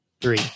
three